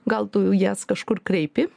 gal tu jas kažkur kreipi